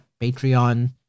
Patreon